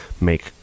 make